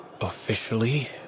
Officially